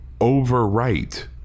overwrite